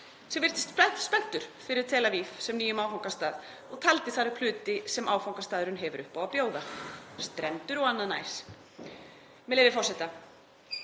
sem virtist spenntur fyrir Tel Aviv sem nýjum áfangastað og taldi þar upp hluti sem áfangastaðurinn hefur upp á að bjóða; strendur og annað næs. Með leyfi forseta: